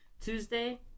Tuesday